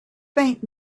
faint